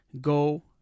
go